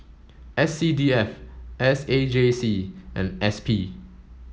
S C D F S A J C and S P